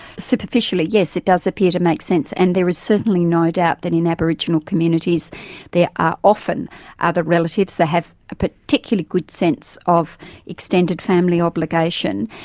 superficially yes, it does appear to make sense, and there is certainly no doubt that in aboriginal communities there are often other relatives that have a particularly good sense of extended family obligation,